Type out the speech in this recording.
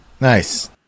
Nice